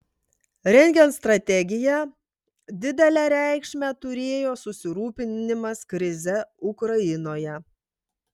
rengiant strategiją didelę reikšmę turėjo susirūpinimas krize ukrainoje